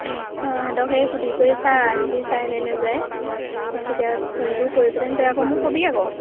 অঁ সিহঁতক এই সুধি কৰি চা সিহঁতে যায় নে নাযায় আৰু তেতিয়া ফোনটো কৰি পেলানি তই আকৌ মোক কবি আকৌ